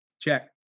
check